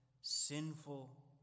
sinful